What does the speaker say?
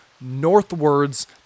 northwards